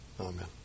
Amen